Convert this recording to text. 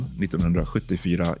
1974